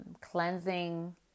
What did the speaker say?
cleansing